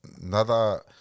nada